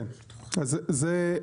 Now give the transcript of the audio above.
כן, יבשתי.